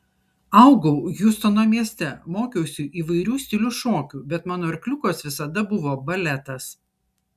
augau hjustono mieste mokiausi įvairių stilių šokių bet mano arkliukas visada buvo baletas